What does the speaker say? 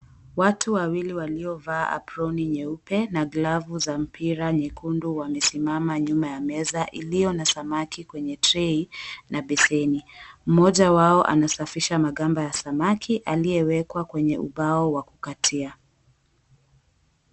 Watu wawili waliovaa aproni nyeupe na glavu za mpira nyekundu wamesimama nyuma ya meza iliyo na samaki kwenye trei na beseni. Mmoja wao anafisha magamba ya samaki aliyewekwa kwenye ubao wa kukatia.